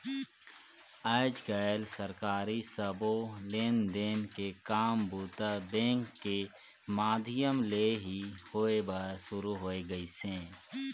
आयज कायल सरकारी सबो लेन देन के काम बूता बेंक के माधियम ले ही होय बर सुरू हो गइसे